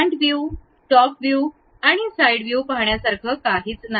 front view top view आणि side view पाहण्यासारखं काहीच नाही